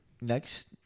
Next